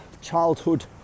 childhood